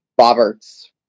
boberts